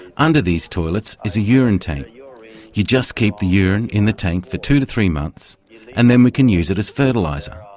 under these toilets is a urine tank. you just keep the urine in the tank for two to three months and then we can use it as fertiliser.